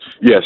Yes